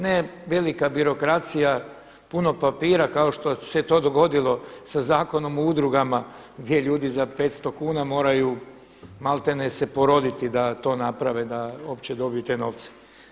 Ne velika birokracija, puno papira kao što se to dogodilo sa Zakonom o udrugama gdje ljudi za 500 kuna moraju maltene se poroditi da to naprave, da uopće dobiju te novce.